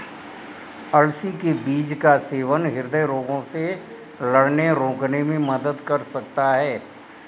अलसी के बीज का सेवन हृदय रोगों से लड़ने रोकने में मदद कर सकता है